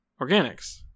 organics